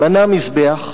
בנה מזבח.